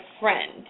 friend